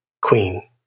queen